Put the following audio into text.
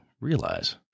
realize